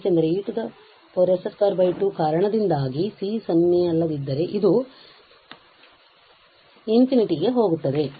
ಏಕೆಂದರೆ ಈ e s22ಕಾರಣದಿಂದಾಗಿ c ಸೊನ್ನೆಯಲ್ಲದಿದ್ದರೆ ಇದು ∞ ಹೋಗುತ್ತದೆ